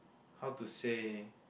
how to say